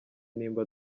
niba